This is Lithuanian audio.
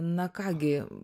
na ką gi